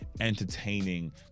entertaining